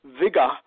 Viga